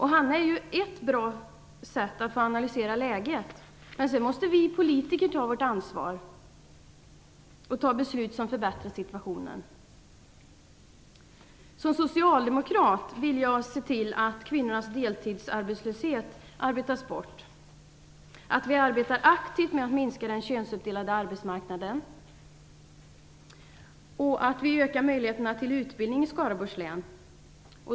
Hannaprojektet är ett bra sätt att arbeta för att analysera läget, men sedan måste vi politiker ta vårt ansvar och fatta beslut som förbättrar situationen. Som socialdemokrat vill jag se till att kvinnors deltidsarbetslöshet arbetas bort, att vi arbetar aktivt med att minska den könsuppdelade arbetsmarknaden och att vi ökar möjligheterna till utbildning i Skaraborgs län.